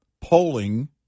polling